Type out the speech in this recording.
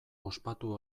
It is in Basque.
ospatu